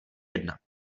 jednat